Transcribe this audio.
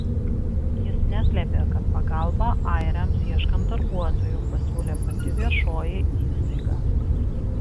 jis neslėpė kad pagalbą airiams ieškant darbuotojų pasiūlė pati viešoji įstaiga